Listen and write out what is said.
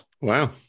Wow